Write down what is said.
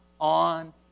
on